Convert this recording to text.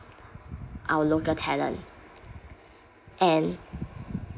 our local talent and